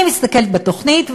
אני מסתכלת בתוכנית,